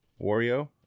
Wario